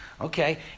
Okay